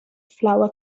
flower